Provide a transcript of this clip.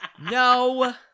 No